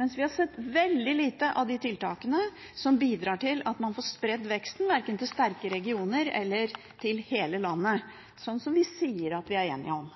mens vi har sett veldig lite av de tiltakene som bidrar til at man får spredd veksten til sterke regioner eller til hele landet, slik som vi sier at vi er enige om.